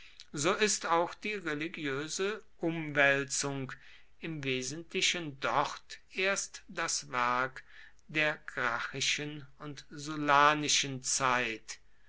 so ist auch die religiöse umwälzung im wesentlichen dort erst das werk der gracchischen und sullanischen zeit